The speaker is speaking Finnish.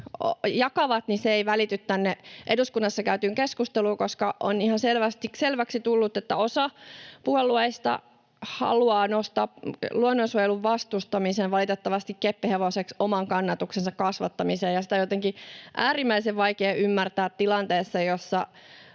ei välity tänne eduskunnassa käytävään keskusteluun, koska on ihan selväksi tullut, että osa puolueista haluaa nostaa luonnonsuojelun vastustamisen valitettavasti keppihevoseksi oman kannatuksensa kasvattamiseen. Sitä on jotenkin äärimmäisen vaikea ymmärtää tilanteessa,